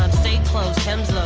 um stay close, hems low,